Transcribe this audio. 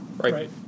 Right